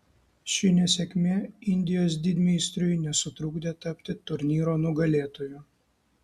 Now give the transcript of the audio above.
ši nesėkmė indijos didmeistriui nesutrukdė tapti turnyro nugalėtoju